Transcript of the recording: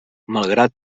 malgrat